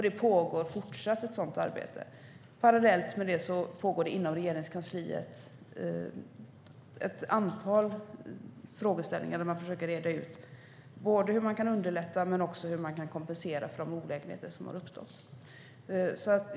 Det pågår fortfarande ett sådant arbete. Parallellt pågår inom Regeringskansliet ett arbete med att antal frågor där man försöker reda ut hur arbetet kan underlättas och hur olägenheter kan kompenseras.